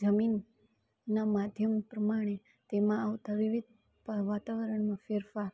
જમીનનાં માધ્યમ પ્રમાણે તેમાં આવતા વિવિધ વાતાવરણના ફેરફાર